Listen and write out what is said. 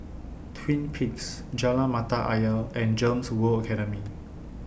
Twin Peaks Jalan Mata Ayer and Gems World Academy